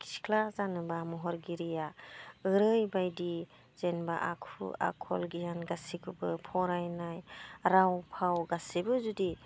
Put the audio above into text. सिख्ला जानोब्ला महरगिरिया ओरैबायदि जेनोबा आखु आखल गियान गासिखौबो फरायनाय राव फाव गासिबो जुदि